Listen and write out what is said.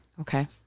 Okay